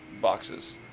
boxes